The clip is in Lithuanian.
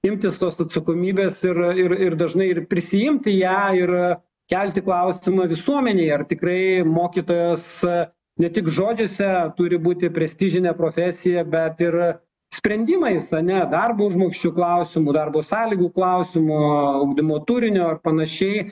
imtis tos atsakomybės ir ir ir dažnai ir prisiimti ją ir kelti klausimą visuomenėje ar tikrai mokytojas ne tik žodžiuose turi būti prestižinė profesija bet ir sprendimais ar ne darbo užmokesčio klausimu darbo sąlygų klausimu ugdymo turinio ar panašiai